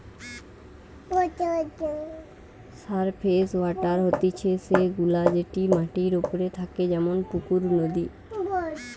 surface water হতিছে সে গুলা যেটি মাটির ওপরে থাকে যেমন পুকুর, নদী